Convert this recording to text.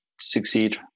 succeed